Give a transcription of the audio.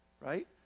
right